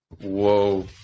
Whoa